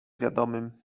wiadomym